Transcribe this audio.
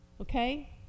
Okay